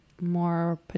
more